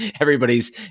everybody's